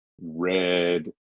red